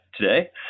today